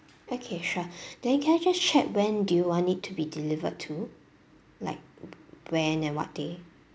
okay sure then can I just check when do you want it to be delivered to like when and what day